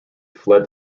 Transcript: fled